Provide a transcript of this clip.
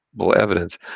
evidence